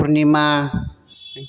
पुरनिमा